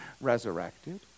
resurrected